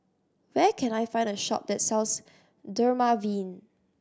where can I find a shop that sells Dermaveen